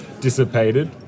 dissipated